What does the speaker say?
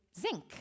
zinc